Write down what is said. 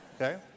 Okay